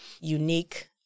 unique